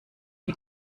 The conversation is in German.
die